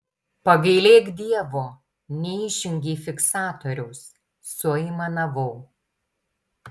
pagailėk dievo neišjungei fiksatoriaus suaimanavau